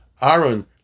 Aaron